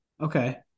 Okay